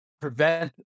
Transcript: prevent